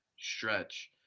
stretch